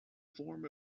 form